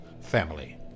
family